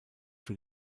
für